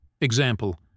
Example